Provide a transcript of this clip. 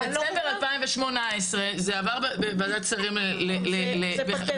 בדצמבר 2018 זה עבר בוועדת שרים והממשלה